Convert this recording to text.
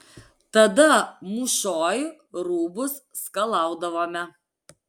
tada mūšoj rūbus skalaudavome